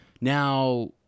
now